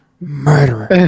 Murderer